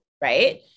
right